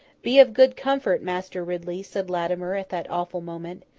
be of good comfort, master ridley said latimer, at that awful moment,